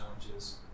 challenges